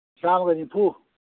ꯆꯥꯝꯃꯒ ꯅꯤꯐꯨ